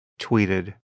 tweeted